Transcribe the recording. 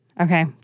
Okay